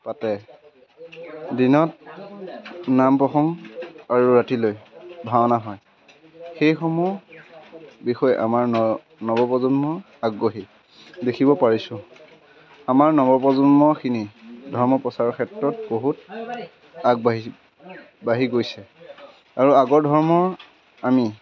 পাতে দিনত নাম প্ৰসং আৰু ৰাতিলৈ ভাওনা হয় সেইসমূহ বিষয়ে আমাৰ ন নৱপ্ৰজন্ম আগ্ৰহী দেখিব পাৰিছোঁ আমাৰ নৱপ্ৰজন্মৰখিনি ধৰ্ম প্ৰচাৰৰ ক্ষেত্ৰত বহুত আগবাঢ়ি বাঢ়ি গৈছে আৰু আগৰ ধৰ্মৰ আমি